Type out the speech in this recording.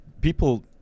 people